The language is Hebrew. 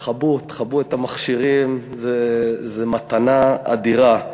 תכבו, תכבו את המכשירים, זו מתנה אדירה.